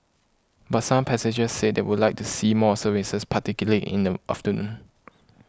but some passengers said they would like to see more services particularly in the afternoon